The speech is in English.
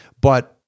but-